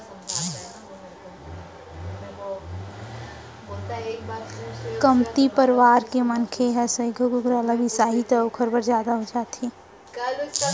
कमती परवार के मनसे ह सइघो कुकरा ल बिसाही त ओकर बर जादा हो जाथे